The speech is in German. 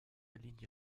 linie